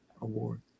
Award